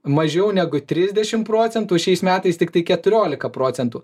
mažiau negu trisdešim procentų o šiais metais tiktai keturiolika procentų